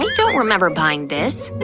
don't don't remember buying this.